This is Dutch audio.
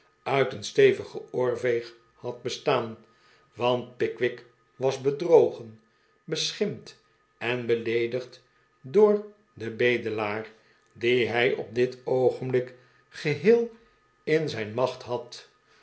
uit een stevigen oorveeg had bestaan want pickwick was bedrogen beschinipt en beleedigd door den bedelaar dien hij op dit oogenblik geheel in zijn macht had